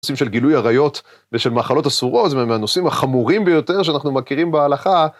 נושאים של גילוי עריות ושל מאכלות אסורות אלה מהנושאים החמורים ביותר שאנחנו מכירים בהלכה